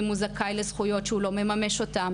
אם הוא זכאי לזכויות שהוא לא מממש אותם,